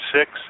six